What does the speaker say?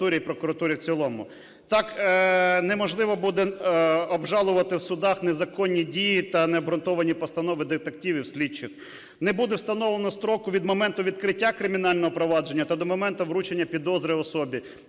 Так неможливо буде обжалувати в судах незаконні дії та необґрунтовані постанови детективів, слідчих, не буде встановлено строку від моменту відкриття кримінального провадження та до моменту вручення підозри особі.